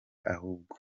ahubwo